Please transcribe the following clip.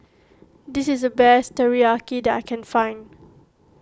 this is the best Teriyaki that I can find